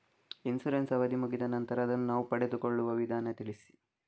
Insurance ನ ಅವಧಿ ಮುಗಿದ ನಂತರ ಅದನ್ನು ನಾವು ಪಡೆದುಕೊಳ್ಳುವ ವಿಧಾನ ತಿಳಿಸಿ?